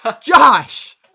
Josh